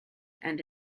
and